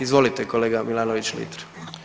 Izvolite kolega Milanović Litre.